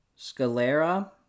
Scalera